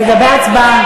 לגבי ההצבעה.